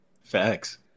facts